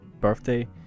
birthday